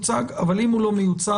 אבל אם הוא לא מיוצג,